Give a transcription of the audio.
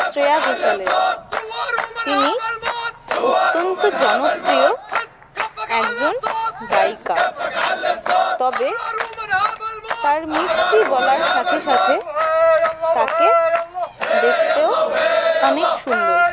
শ্রেয়া ঘোষালের তিনি অত্যন্ত জনপ্রিয় একজন গায়িকা তবে তার মিষ্টি গলার সাথে সাথে তাকে দেখতেও অনেক সুন্দর